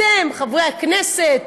אתם, חברי הכנסת,